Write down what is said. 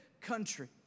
country